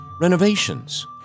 renovations